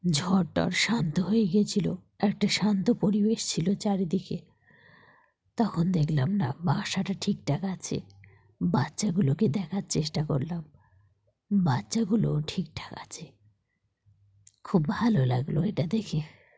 ঝড় টড় শান্ত হয়ে গিয়েছিল একটা শান্ত পরিবেশ ছিল চারিদিকে তখন দেখলাম না বাসাটা ঠিকঠাক আছে বাচ্চাগুলোকে দেখার চেষ্টা করলাম বাচ্চাগুলোও ঠিকঠাক আছে খুব ভালো লাগলো এটা দেখে